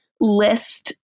list